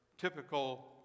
typical